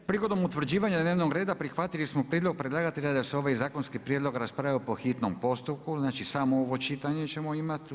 Prigodom utvrđivanja dnevnog reda prihvatili smo prijedlog predlagatelja da se ovaj zakonski prijedlog raspravi po hitnom postupku, znači samo ovo čitanje ćemo imati.